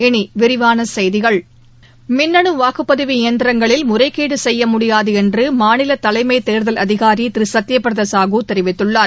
இனிவிரிவானசெய்திகள் மின்ன்னுவாக்குப்பதிவு இயந்திரங்களில் முறைகேடுசெய்யமுடியாதுஎன்றுமாநிலதலைமைதேர்தல் அதிகாரிதிருசத்தியபிரதசாகுதெரிவித்துள்ளார்